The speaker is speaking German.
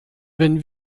wenn